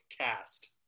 Cast